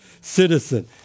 citizen